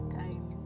time